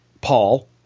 Paul